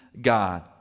God